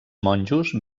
monjos